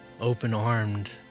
open-armed